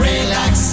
Relax